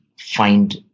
find